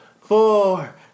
four